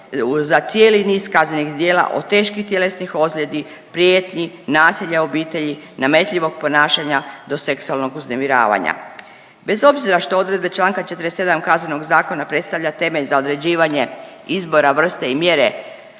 za cijeli niz kaznenih djela od teških tjelesnih ozljedi, prijetnji, nasilja u obitelji, nametljivog ponašanja do seksualnog uznemiravanja. Bez obzira što odredbe članka 47. Kaznenog zakona predstavlja temelj za određivanje izbora, vrste i mjere